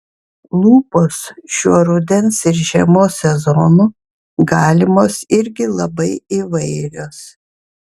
lūpos šiuo rudens ir žiemos sezonu galimos irgi labai įvairios